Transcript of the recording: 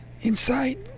inside